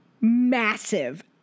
massive